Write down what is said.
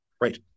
Right